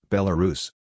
Belarus